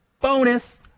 bonus